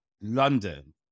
London